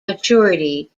maturity